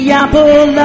apple